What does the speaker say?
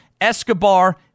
Escobar